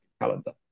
calendar